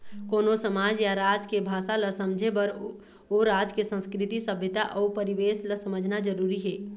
कोनो समाज या राज के भासा ल समझे बर ओ राज के संस्कृति, सभ्यता अउ परिवेस ल समझना जरुरी हे